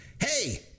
hey